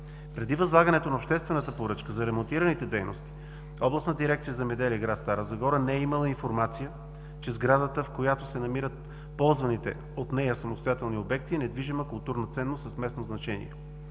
Преди възлагането на обществената поръчка за ремонтираните дейности Областна дирекция „Земеделие“ – град Стара Загора, не е имала информация, че сградата, в която се намират ползваните от нея самостоятелни обекти – недвижима културна ценност с местно значение.